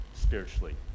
spiritually